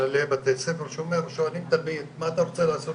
ממנהלי בתי ספר שאמר: שואלים תמיד מה אתה רוצה לעשות